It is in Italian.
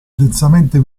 densamente